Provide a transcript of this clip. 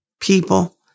people